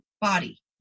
body